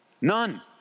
none